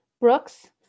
Brooks